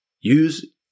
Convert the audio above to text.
Use